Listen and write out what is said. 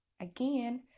Again